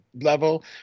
level